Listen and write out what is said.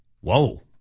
Whoa